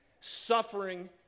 suffering